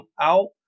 out